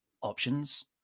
Options